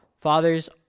Fathers